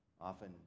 often